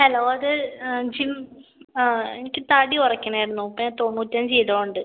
hello അത് gym എനിക്ക് തടി കുറക്കണായിരുന്നു ഇപ്പം ഞാൻ തൊണ്ണൂറ്റഞ്ച് കിലോ ഉണ്ട്